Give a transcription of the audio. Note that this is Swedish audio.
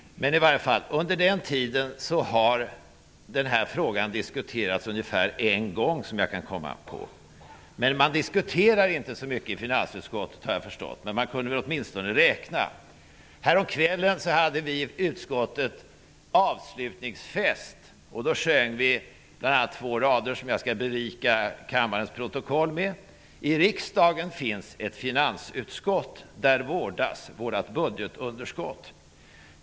Under min tid i finansutskottet har den här frågan diskuterats en gång, såvitt jag kan minnas. Jag har förstått att man inte diskuterar så mycket i finansutskottet, men man borde åtminstone kunna räkna. Häromkvällen hade vi avslutningsfest i utskottet. Då sjöng vi bl.a. två rader som jag skall berika kammarens protokoll med: I riksdagen finns ett finansutskott. Där vårdas vårt budgetunderskott.